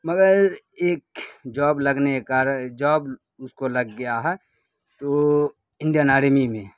مگر ایک جاب لگنے کے کارن جاب اس کو لگ گیا ہے تو انڈین آرمی میں